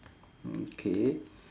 okay